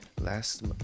Last